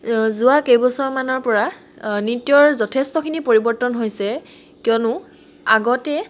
যোৱা কেইবছৰমানৰ পৰা নৃত্যৰ যথেষ্টখিনি পৰিৱৰ্তন হৈছে কিয়নো আগতে